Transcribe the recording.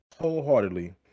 wholeheartedly